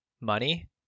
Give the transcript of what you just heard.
money